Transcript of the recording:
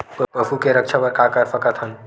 पशु के रक्षा बर का कर सकत हन?